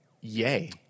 Yay